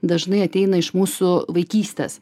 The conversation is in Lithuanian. dažnai ateina iš mūsų vaikystės